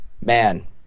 man